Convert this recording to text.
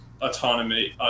autonomy